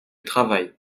travaille